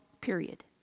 period